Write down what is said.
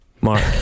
Mark